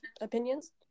opinions